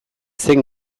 zen